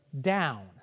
down